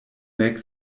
nek